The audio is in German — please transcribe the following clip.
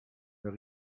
mehr